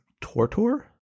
Tortor